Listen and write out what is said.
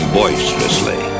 boisterously